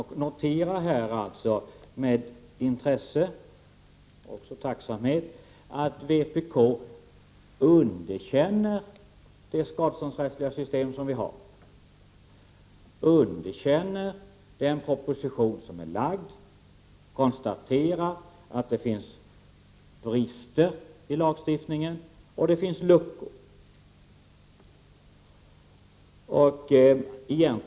Jag noterar med intresse och tacksamhet att vpk underkänner det skadeståndsrättsliga system vi har, underkänner den proposition som är lagd och konstaterar att det finns brister och luckor i lagstiftningen.